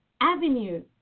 avenue